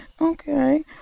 Okay